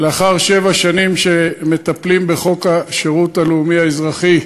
לאחר שבע שנים שמטפלים בחוק השירות הלאומי האזרחי,